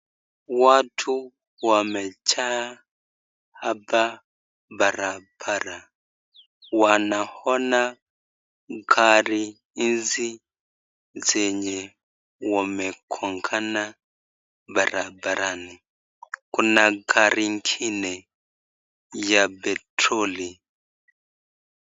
Watu wamejaa haoa barabara, wanakna gari hizi zenye wamegongana barabarani, kuna gari ingine ya petroli.